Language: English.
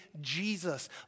Jesus